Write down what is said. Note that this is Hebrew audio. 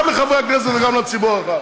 גם לחברי הכנסת וגם לציבור הרחב.